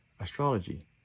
astrology